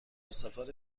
سفر